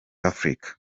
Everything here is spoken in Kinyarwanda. africa